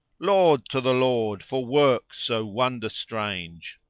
laud to the lord for works so wonder strange,